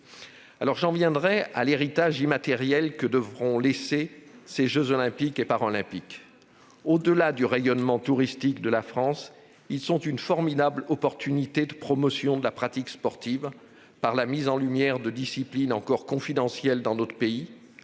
J'en viens à l'héritage immatériel que devront laisser les jeux Olympiques et paralympiques de 2024. Au-delà du rayonnement touristique de la France, ils sont une formidable opportunité pour promouvoir la pratique sportive, par la mise en lumière non seulement de disciplines encore confidentielles dans d'autres pays,